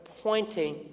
pointing